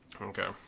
Okay